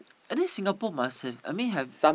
and then Singapore must have I mean have